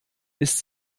ist